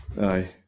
Aye